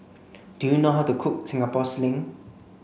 do you know how to cook Singapore sling